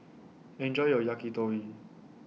Enjoy your Yakitori